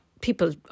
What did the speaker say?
people